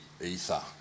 ether